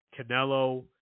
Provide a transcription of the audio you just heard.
Canelo